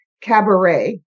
cabaret